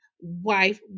Wife